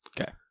Okay